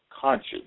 conscience